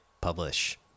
Publish